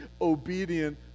obedient